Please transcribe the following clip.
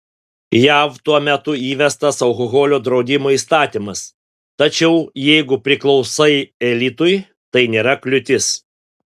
jav tuo metu įvestas alkoholio draudimo įstatymas tačiau jeigu priklausai elitui tai nėra kliūtis